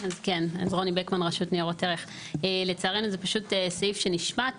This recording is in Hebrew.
לצערנו, זה סעיף שפשוט נשמט.